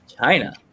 China